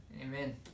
amen